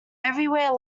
everywhere